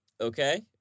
Okay